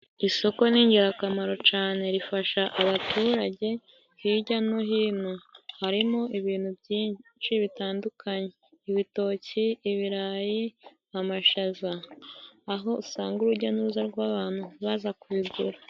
Isoko ni ingirakamaro cane rifasha abaturage hirya no hino. Harimo ibintu byinshi bitandukanye: ibitoki, ibirayi, amashaza, aho usanga urujya n'uruza rw'abantu baza kubigura.